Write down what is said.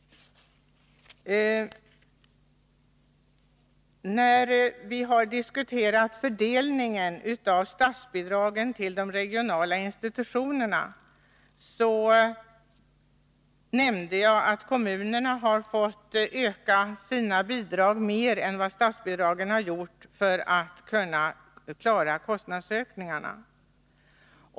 I fråga om fördelningen av statsbidragen till de regionala institutionerna har kommunerna, som jag nämnde, måst öka sina bidrag mer än vad statsbidragen har ökat, för att man skulle kunna klara kostnadsökningarna.